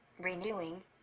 renewing